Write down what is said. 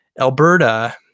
Alberta